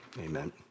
Amen